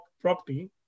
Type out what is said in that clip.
property